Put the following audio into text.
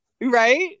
right